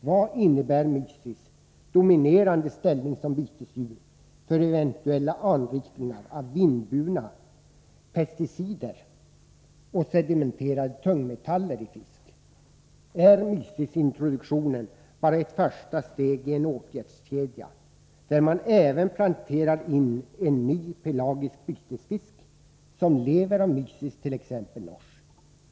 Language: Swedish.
Vad innebär Mysis” dominerande ställning som bytesdjur för eventuella anrikningar av vindburna pesticider och sedimenterade tungmetaller i fisk? Är Mysis-introduktionen bara ett första steg i en åtgärdskedja, där man även planterar in en ny pelagisk bytesfisk, som lever av Mysis, t.ex. nors?